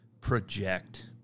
project